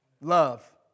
love